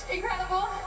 Incredible